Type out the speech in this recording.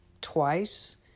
twice